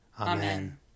Amen